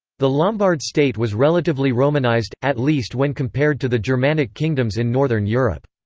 the lombard state was relatively romanized, at least when compared to the germanic kingdoms in northern europe.